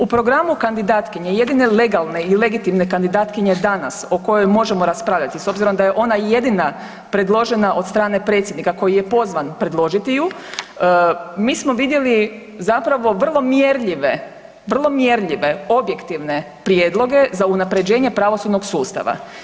U programu kandidatkinje, jedine legalne i legitimne kandidatkinje danas o kojoj možemo raspravljati s obzirom da je ona i jedina predložena od strane predsjednika koji je pozvan predložiti ju mi smo vidjeli zapravo vrlo mjerljive, vrlo mjerljive objektivne prijedloge za unapređenje pravosudnog sustava.